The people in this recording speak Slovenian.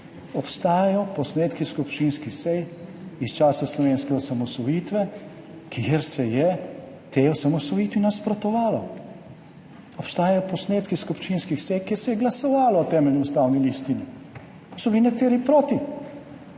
obstajajo posnetki skupščinskih sej iz časa slovenske osamosvojitve, kjer se je tej osamosvojitvi nasprotovalo. Obstajajo posnetki skupščinskih sej, kjer se je glasovalo o Temeljni ustavni listini, pa so bili nekateri proti.